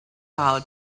how